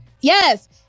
Yes